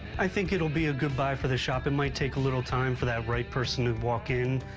i think it will be a good buy for the shop, and might take a little time for that right person to walk in,